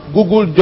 Google